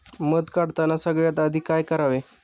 मध काढताना सगळ्यात आधी काय करावे?